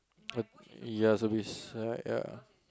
uh ya service uh ya